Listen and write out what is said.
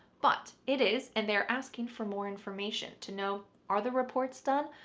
but it is and they're asking for more information, to know are the reports done?